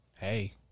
Hey